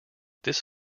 this